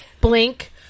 Blink